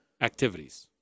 Activities